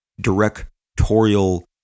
directorial